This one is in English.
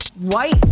white